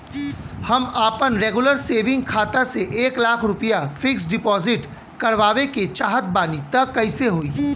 हम आपन regular saving खाता से एक लाख रुपया फिक्स डिपॉज़िट करवावे के चाहत बानी त कैसे होई?